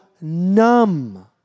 numb